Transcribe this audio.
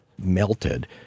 melted